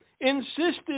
insisted